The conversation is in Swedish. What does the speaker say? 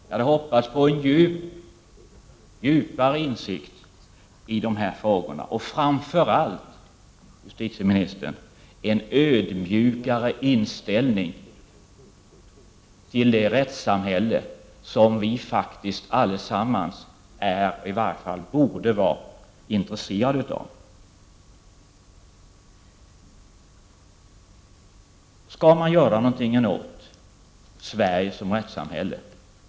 Jag hade hoppats på en djupare insikt i dessa frågor och framför allt på att justitieministern skulle ha en ödmjukare inställning till det rättssamhälle som vi alla är, eller i varje fall borde vara, intresserade av.